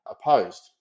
opposed